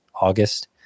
August